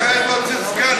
סגן,